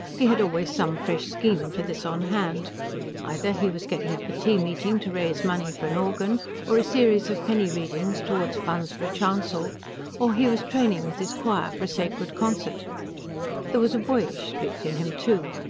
he had always some fresh scheme for this on hand either he was getting up a tea-meeting to raise money for an organ or a series of penny-readings towards funds for a chancel or he was training with his choir for a sacred concert there was a boyish streak in him, too.